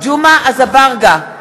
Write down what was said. ג'מעה אזברגה,